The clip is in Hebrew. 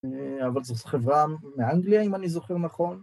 אבל זו חברה מאנגליה אם אני זוכר נכון